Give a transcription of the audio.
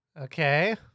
Okay